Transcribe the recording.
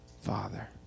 Father